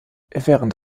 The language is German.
während